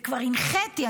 וכבר הנחיתי,